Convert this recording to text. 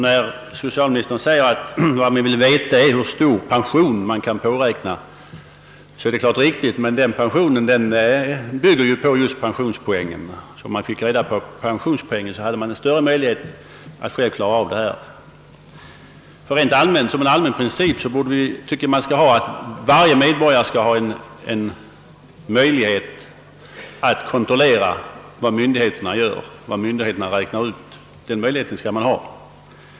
När socialministern säger att vad man främst vill veta är hur stor pension man kan påräkna är det naturligtvis riktigt. Pensionen bygger emellertid just på pensionspoängen. Om man fick reda på pensionspoängen hade man därför större möjlighet att själv kunna räkna ut pensionen. Som en allmän princip tycker jag bör gälla, att varje medborgare skall ha möjlighet att kontrollera vad myndigheterna räknar ut.